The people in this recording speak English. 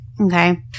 okay